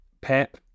Pep